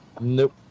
Nope